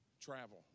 travel